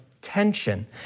tension